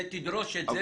תדרוש את זה,